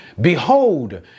Behold